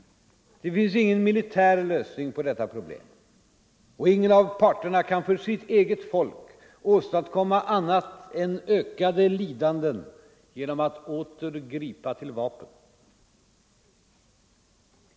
Det finns ingen militär lösning på detta problem och ingen av parterna kan för sitt eget folk åstadkomma annat än ökade lidanden genom att åter gripa till vapen.